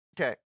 okay